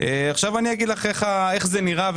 אני אגיד לך איך זה נראה,